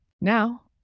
Now